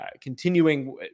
continuing